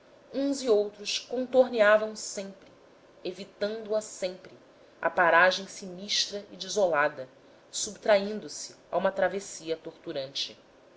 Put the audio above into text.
uns e outros contorneavam sempre evitando a sempre a paragem sinistra e desolada subtraindo se a uma travessia torturante